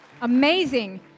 Amazing